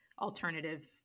alternative